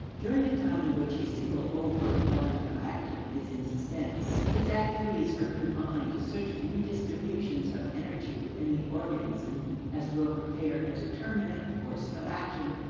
during the time in which a single overt line of action is in suspense, his activities are confined to such redistributions of energy within the organism as will prepare a determinate course of action.